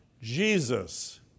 Jesus